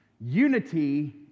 unity